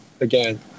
again